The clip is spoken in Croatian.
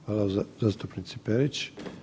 Hvala zastupnici Perić.